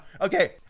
okay